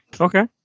Okay